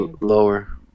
Lower